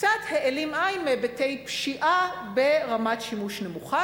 קצת העלים עין מהיבטי פשיעה ברמת שימוש נמוכה.